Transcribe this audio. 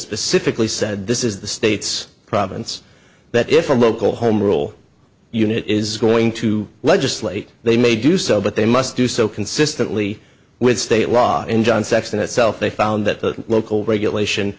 specifically said this is the state's province that if a local home rule unit is going to legislate they may do so but they must do so consistently with state law in john sexton itself they found that the local regulation